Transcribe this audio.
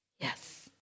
Yes